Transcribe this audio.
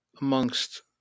amongst